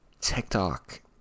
TikTok